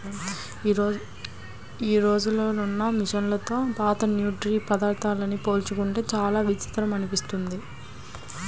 యీ రోజునున్న మిషన్లతో పాత నూర్పిడి పద్ధతుల్ని పోల్చుకుంటే చానా విచిత్రం అనిపిస్తది